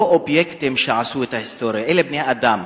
לא אובייקטים עשו את ההיסטוריה, אלא בני-אדם.